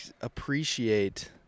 appreciate